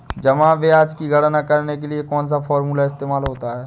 जमा ब्याज की गणना करने के लिए कौनसा फॉर्मूला इस्तेमाल होता है?